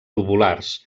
tubulars